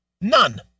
none